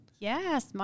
Yes